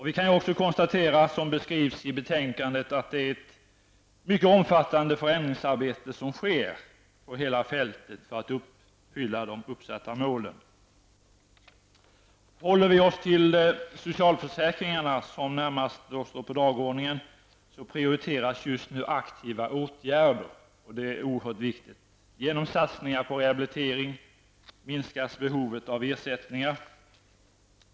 Vi kan också konstatera, som framgår av betänkandet, att det pågår ett omfattande förändringsarbete över hela fältet -- detta för att uppsatta mål skall kunna uppnås. När det gäller socialförsäkringarna prioriteras just nu aktiva åtgärder. Detta är oerhört viktigt. Genom satsningar på rehabilitering blir behovet av ersättningar mindre.